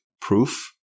proof